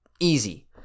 easy